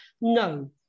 No